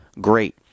great